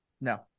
No